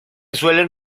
suelen